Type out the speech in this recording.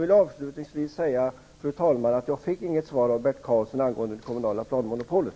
Jag vill avslutningsvis säga att jag inte fick något svar från Bert Karlsson angående det kommunala planmonopolet.